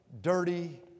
dirty